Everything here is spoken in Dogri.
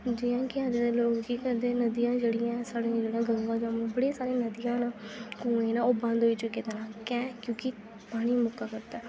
जि'यां कि अज्ज दे लोक केह् करदे नदियां जेह्ड़ियां साढ़ियां जेह्ड़ियां गंगा जमुना बड़ी सारियां नदियां न ओह् जेह्ड़ा ओह् बंद होई चुके दे न कैह् क्योंकि पानी मुक्का दा